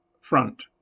front